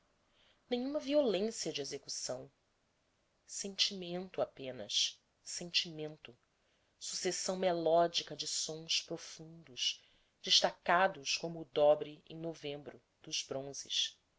nenhuma violência de execução sentimento apenas sentimento sucessão melódica de sons profundos destacados como o dobre em novembro dos bronzes